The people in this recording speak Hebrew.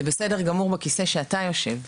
זה בסדר גמור בכיסא שאתה יושב,